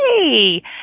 hey